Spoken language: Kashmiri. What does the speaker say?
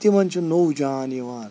تِمن چھُ نوو جان یِوان